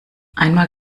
einmal